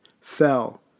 fell